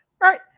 right